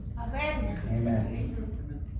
Amen